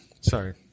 Sorry